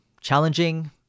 Challenging